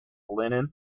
linen